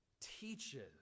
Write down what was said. teaches